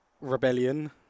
Rebellion